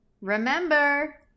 remember